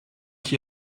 ich